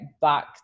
back